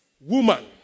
woman